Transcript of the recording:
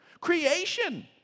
Creation